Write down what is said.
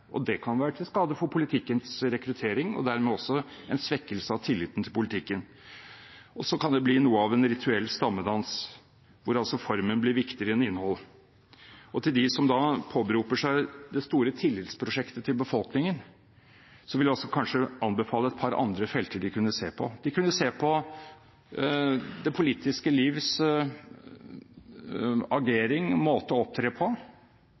barriere. Det kan være til skade for rekruttering til politikken, og dermed også en svekkelse av tilliten til politikken. Og så kan det bli noe av en rituell stammedans, hvor formen blir viktigere enn innhold. De som påberoper seg det store tillitsprosjektet til befolkningen, vil jeg kanskje anbefale et par andre felter å se på. De kunne se på det politiske livs agering, måte å opptre på,